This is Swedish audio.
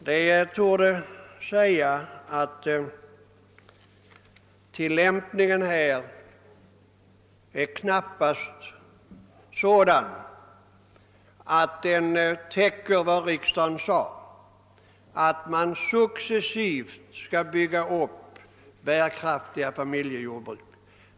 Detta torde visa att tillämpningen av riksdagens beslut knappast är sådan att den svarar mot riksdagens uttalande, nämligen att man successivt skall bygga upp bärkraftiga familjejordbruk.